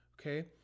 okay